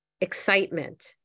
Excitement